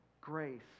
grace